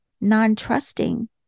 non-trusting